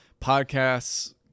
podcasts